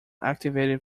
activated